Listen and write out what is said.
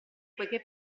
poiché